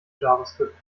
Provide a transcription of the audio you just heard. javascript